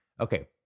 Okay